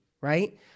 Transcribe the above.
right